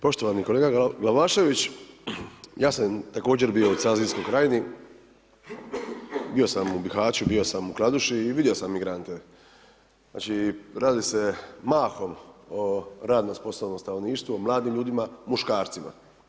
Poštovani kolega Glavašević, ja sam također bio u Cazinskoj krajini, bio sam u Bihaću, bio sam u Kladuši i vidio sam imigrante, znači radi se mahom o radno sposobnom stanovništvu, o mladim ljudima, muškarcima.